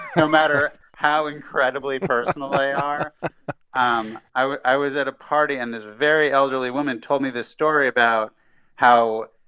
no matter how incredibly personal they are um i was at a party, and this a very elderly woman told me this story about how,